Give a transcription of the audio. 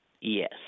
Yes